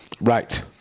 Right